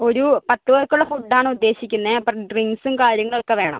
ഒരു പത്ത് പേർക്കുള്ള ഫുഡ്ഡാണ് ഉദ്ദേശിക്കുന്നത് അപ്പം ഡ്രിങ്ക്സും കാര്യങ്ങളൊക്കെ വേണം